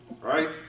Right